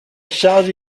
charge